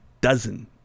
dozen